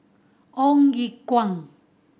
Ong Ye Kung